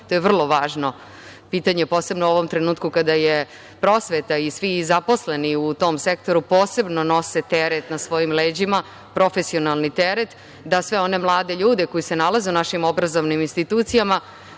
To je vrlo važno pitanje, posebno u ovom trenutku kada prosveta i svi zaposleni u tom sektoru posebno nose teret na svojim leđima, profesionalni teret, da svim mladim ljudima koji se nalaze u našim obrazovnim institucijama,